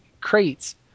crates